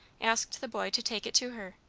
asked the boy to take it to her.